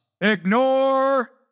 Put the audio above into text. Ignore